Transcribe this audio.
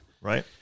Right